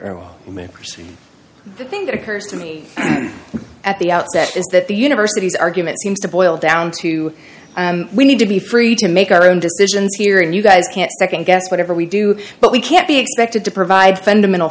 and the thing that occurs to me at the outset is that the university's argument seems to boil down to we need to be free to make our own decisions here and you guys can't nd guess whatever we do but we can't be expected to provide fundamental